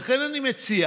לכן אני מציע,